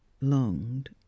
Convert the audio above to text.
Longed